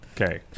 Okay